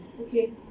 okay